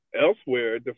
elsewhere